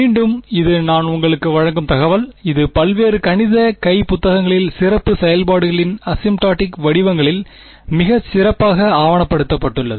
மீண்டும் இது நான் உங்களுக்கு வழங்கும் தகவல் இது பல்வேறு கணித கை புத்தகங்களில் சிறப்பு செயல்பாடுகளின் அசிம்ட்டாடிக் வடிவங்களில் மிகச் சிறப்பாக ஆவணப்படுத்தப்பட்டுள்ளது